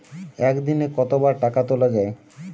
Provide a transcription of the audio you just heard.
একদিনে কতবার টাকা তোলা য়ায়?